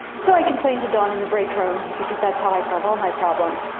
so i complained to dawn in the break room because that's how i solve all my problems.